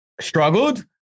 struggled